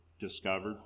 discovered